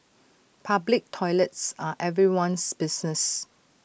public toilets are everyone's business